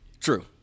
True